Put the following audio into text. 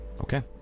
Okay